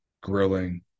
grilling